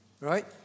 right